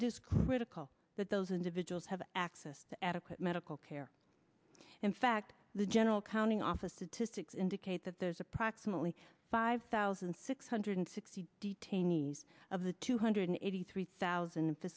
it is critical that those individuals have access to adequate medical care in fact the general accounting office to fix indicate that there's approximately five thousand six hundred sixty detainees of the two hundred eighty three thousand